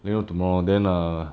let you know tomorrow then err